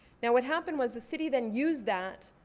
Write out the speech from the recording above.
yeah what happened was the city then used that,